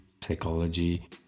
psychology